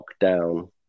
lockdown